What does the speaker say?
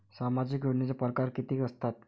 सामाजिक योजनेचे परकार कितीक असतात?